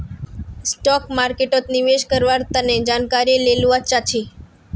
stock मार्केटोत निवेश कारवार तने जानकारी ले लुआ चाछी